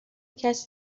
کسی